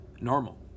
normal